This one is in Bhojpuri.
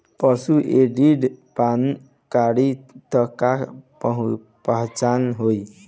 पशु एसिड पान करी त का उपचार होई?